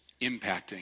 impacting